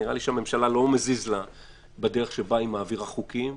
נראה לי שלממשלה לא מזיז בדרך שבה היא מעבירה חוקים,